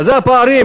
זה הפערים?